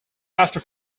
after